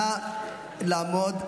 נא לעמוד בזמנים.